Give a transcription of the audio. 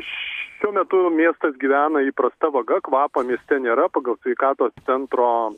šiuo metu miestas gyvena įprasta vaga kvapo mieste nėra pagal sveikatos centro